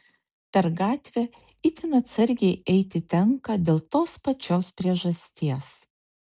per gatvę itin atsargiai eiti tenka dėl tos pačios priežasties